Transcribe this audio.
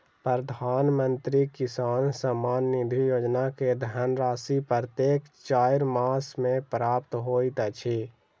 प्रधानमंत्री किसान सम्मान निधि योजना के धनराशि प्रत्येक चाइर मास मे प्राप्त होइत अछि